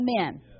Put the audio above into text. Amen